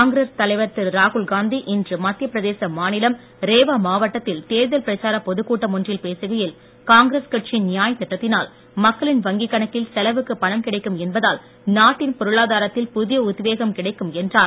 காங்கிரஸ் தலைவர் திரு ராகுல் காந்தி இன்று மத்தியப் பிரதேச மாநிலம் ரேவா மாவட்டத்தில் தேர்தல் பிரச்சாரப் பொதுக்கூட்டம் ஒன்றில் பேசுகையில் காங்கிரஸ் கட்சியின் நியாய் திட்டத்தினால் மக்களின் வங்கிக் கணக்கில் செலவுக்கு பணம் கிடைக்கும் என்பதால் நாட்டின் பொருளாதாரத்தில் புதிய உத்வேகம் கிடைக்கும் என்றார்